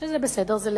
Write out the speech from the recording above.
שזה בסדר, זה לגיטימי,